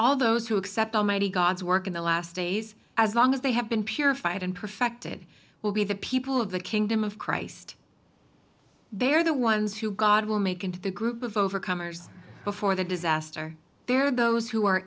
who accept almighty god's work in the last days as long as they have been purified and perfected will be the people of the kingdom of christ they are the ones who god will make into the group of overcomers before the disaster there are those who are